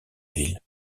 ville